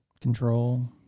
Control